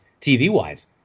TV-wise